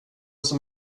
som